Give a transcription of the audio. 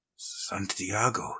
Santiago